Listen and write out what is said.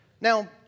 Now